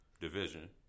division